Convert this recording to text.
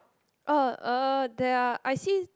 oh uh there are I see